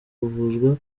kuvuzwa